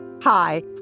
Hi